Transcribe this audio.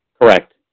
Correct